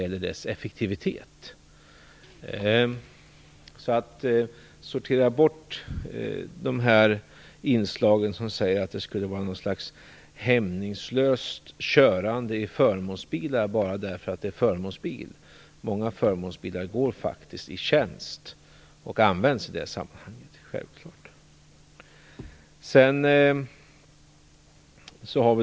Om jag sorterar bort de inslag där man talar om något slags hämningslöst körande i förmånsbilar bara därför att de är förmånsbilar kan jag konstatera att många förmånsbilar faktiskt går i tjänsten och används i det sammanhanget.